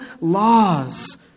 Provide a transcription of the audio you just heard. laws